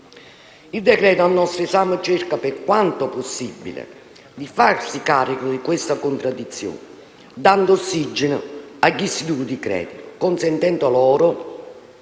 Il decreto-legge al nostro esame cerca, per quanto possibile, di farsi carico di questa contraddizione, dando ossigeno agli istituti di credito, consentendo loro